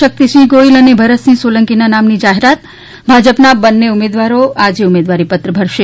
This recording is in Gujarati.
શક્તિસિંહ ગોહિલ અને ભરતસિંહ સોલંકીના નામની જાહેરાત ભાજપના બંન્ને ઉમેદવારો આજે ઉમેદવારી પત્ર ભરશે